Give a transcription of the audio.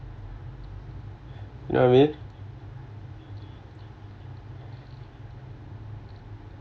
know what I mean